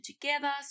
together